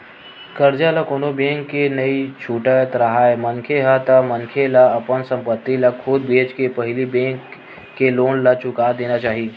करजा ल कोनो बेंक के नइ छुटत राहय मनखे ह ता मनखे ला अपन संपत्ति ल खुद बेंचके के पहिली बेंक के लोन ला चुका देना चाही